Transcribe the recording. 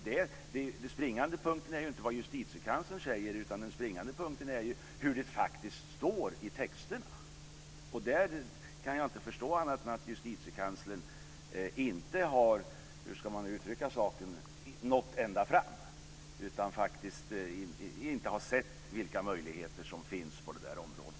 Den springande punkten är inte vad Justitiekanslern säger utan vad det faktiskt står i texterna. Jag kan inte förstå annat än att Justitiekanslern inte har nått ända fram där. Man har inte sett vilka möjligheter som finns på det området.